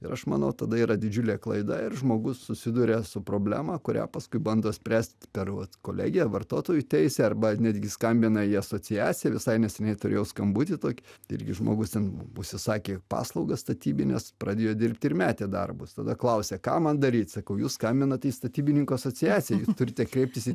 ir aš manau tada yra didžiulė klaida ir žmogus susiduria su problema kurią paskui bando spręst per vat kolegę vartotojų teisę arba netgi skambina į asociaciją visai neseniai turėjau skambutį tokį irgi žmogus ten užsisakė paslaugas statybines pradėjo dirbt ir metė darbus tada klausia ką man daryti sakau jūs skambinate į statybininkų asociaciją jūs turite kreiptis į